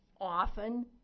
often